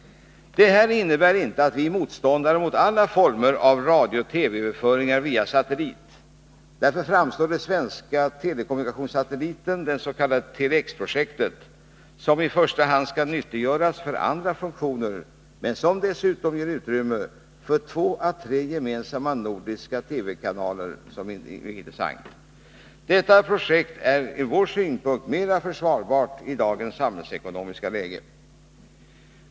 Detta innebär inte att vi är motståndare till alla former av radio TV-överföringar via satellit. Därför framstår det svenska Tele X-projektet — som i första hand skall nyttiggöras för andra funktioner men som dessutom ger utrymme för två å tre gemensamma nordiska TV-kanaler — som mycket intressant. Detta projekt är från vår synpunkt mer försvarbart i dagens samhällsekonomiska läge.